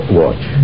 watch